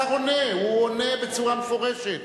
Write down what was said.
השר עונה, הוא עונה בצורה מפורשת.